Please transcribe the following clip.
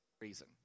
reason